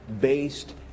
based